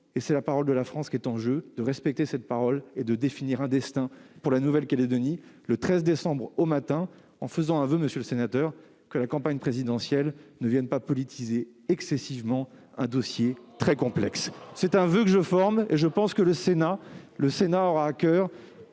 de la parole de la France qui est en jeu. Il s'agira de définir un destin pour la Nouvelle-Calédonie le 13 décembre au matin, en espérant, monsieur le sénateur, que la campagne présidentielle ne vienne pas politiser excessivement un dossier très complexe. C'est en tout cas le voeu que je forme, et je pense que le Sénat aura à coeur